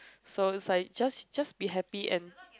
so it's like just just be happy and